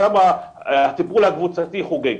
שם הטיפול הקבוצתי חוגג